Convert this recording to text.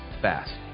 fast